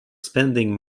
spending